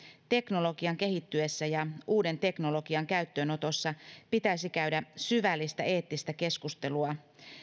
teknologian kehittyessä ja uuden teknologian käyttöönotossa pitäisi käydä syvällistä eettistä keskustelua